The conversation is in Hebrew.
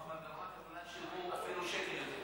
ברמת הגולן שילמו אפילו שקל.